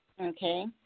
Okay